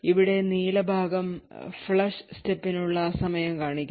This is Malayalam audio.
ഇവിടെ നീല ഭാഗം ഫ്ലഷ് സ്റ്റെപ്പിനുള്ള സമയം കാണിക്കുന്നു